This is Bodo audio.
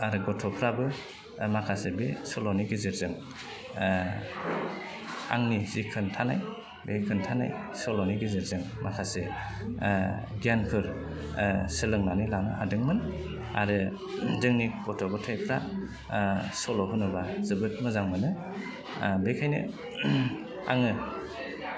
आरो गथ'फ्राबो माखासे बे सल'नि गेजेरजों आंनि जि खोन्थानाय बे खोन्थानाय सल'नि गेजेरजों माखासे गियानफोर सोलोंनानै लानो हादोंमोन आरो जोंनि गथ' गथायफ्रा सल' होनोबा जोबोद मोजां मोनो बेखायनो आङो